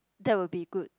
that will be good